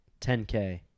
10K